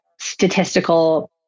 statistical